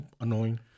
annoying